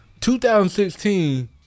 2016